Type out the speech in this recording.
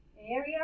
area